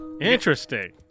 Interesting